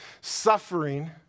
Suffering